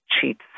cheats